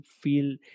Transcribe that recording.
feel